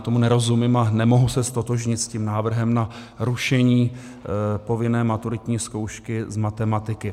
Já tomu nerozumím a nemohu se ztotožnit s návrhem na rušení povinné maturitní zkoušky z matematiky.